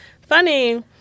funny